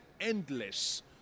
endless